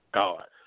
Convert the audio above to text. god